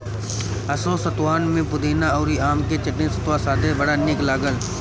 असो सतुआन में पुदीना अउरी आम के चटनी सतुआ साथे बड़ा निक लागल